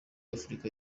afurika